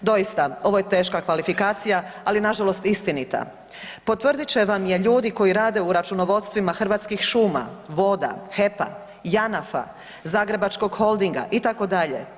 Doista ovo je teška kvalifikacija, ali nažalost istinita, potvrdit će vam je ljudi koji rade u računovodstvima Hrvatskih šuma, voda, HEP-a, Janafa, Zagrebačkog holdinga itd.